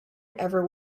ever